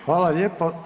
Hvala lijepo.